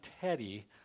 Teddy